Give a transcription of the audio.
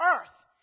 earth